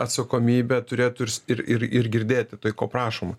atsakomybė turėtų ir ir ir girdėti tai ko prašoma